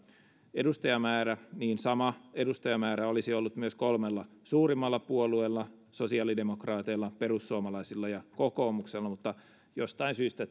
edustajamäärä niin sama edustajamäärä olisi ollut myös kolmella suurimmalla puolueella sosiaalidemokraateilla perussuomalaisilla ja kokoomuksella mutta jostain syystä